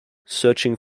searching